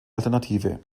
alternative